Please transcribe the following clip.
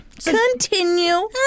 Continue